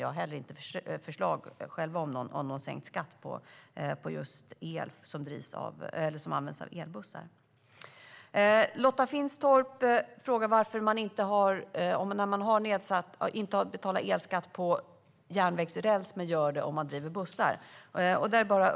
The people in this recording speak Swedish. Man har heller inga förslag om sänkt skatt på just el som används av elbussar. Lotta Finstorp frågar varför man inte betalar elskatt på järnvägsräls men gör det om man driver bussar.